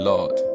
Lord